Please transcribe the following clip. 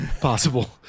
possible